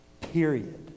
Period